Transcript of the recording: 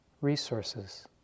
resources